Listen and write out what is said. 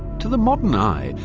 to the modern eye,